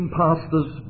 pastors